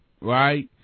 Right